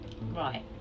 Right